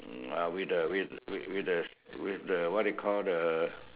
with the with with with the with the what you call the